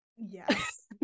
yes